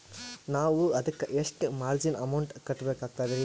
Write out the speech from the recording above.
ನಾವು ಅದಕ್ಕ ಎಷ್ಟ ಮಾರ್ಜಿನ ಅಮೌಂಟ್ ಕಟ್ಟಬಕಾಗ್ತದ್ರಿ?